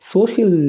Social